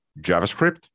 JavaScript